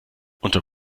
unter